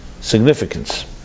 Significance